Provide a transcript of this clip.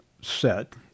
set